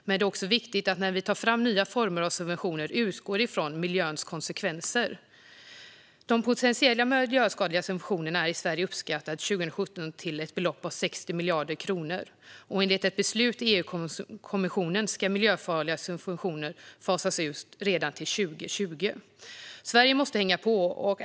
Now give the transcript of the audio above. Men det är också viktigt att vi utgår från konsekvenserna för miljön när vi tar fram nya former av subventioner. De potentiella miljöskadliga subventionerna här i Sverige uppskattades 2017 till ett belopp av 60 miljarder kronor, och enligt ett beslut i EU-kommissionen ska miljöfarliga subventioner fasas ut redan till 2020. Sverige måste hänga på.